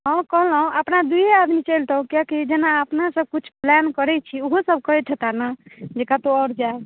हँ कहलहुँ अपना दुइए आदमी चलितहुँ किएकी जेना अपनासभ किछु प्लान करैत छियै ओहोसभ करैत हेताह ने जे कतहु आओर जाइ